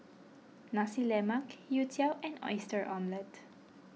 Nasi Lemak Youtiao and Oyster Omelette